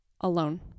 alone